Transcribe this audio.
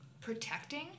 protecting